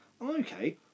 Okay